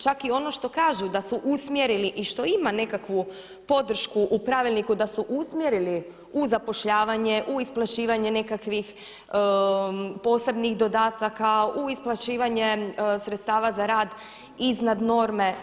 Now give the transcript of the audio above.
Čak i ono što kažu da su usmjerili i što ima nekakvu podršku u pravilniku da su usmjerili u zapošljavanje, u isplaćivanje nekakvih posebnih dodataka, u isplaćivanje sredstava za rad iznad norme.